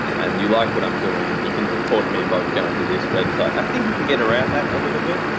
and you like what i'm doing, you can support me by going to this website. i think you can get around that a little bit.